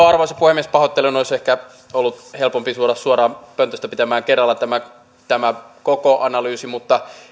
arvoisa puhemies pahoittelen olisi ehkä ollut helpompi tulla suoraan pöntöstä pitämään kerralla tämä tämä koko analyysi mutta